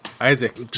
isaac